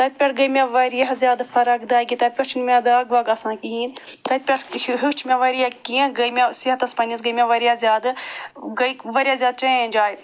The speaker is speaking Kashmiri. تَتہِ پٮ۪ٹھ گٔے مےٚ واریاہ زیادٕ فرق دَگہِ تَتہِ پٮ۪ٹھ چھِنہٕ مےٚ دَگ وَگ آسان کِہیٖنۍ تَتہِ پٮ۪ٹھ ہیوٚچھ مےٚ واریاہ کیٚنٛہہ گٔے مےٚ صحتَس پنٛنِس گٔے مےٚ واریاہ زیادٕ گٔے واریاہ زیادٕ چینٛج آے